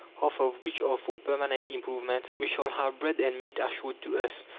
half of which are for permanent improvements, we shall have bread and meat assured to us,